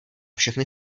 všechny